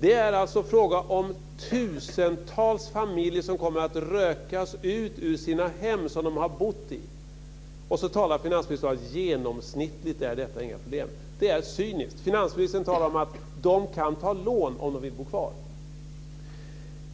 Det är alltså fråga om tusentals familjer som kommer att rökas ut ur sina hem. Sedan talar finansministern om att genomsnittligt är detta inga problem. Det är cyniskt. Finansministern talar om att de kan ta lån om de vill bo kvar.